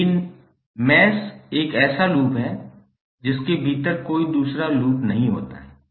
लेकिन मैश एक ऐसा लूप है जिसके भीतर कोई दूसरा लूप नहीं होता है